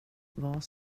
vad